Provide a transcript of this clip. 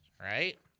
Right